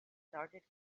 started